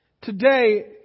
today